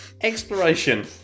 Exploration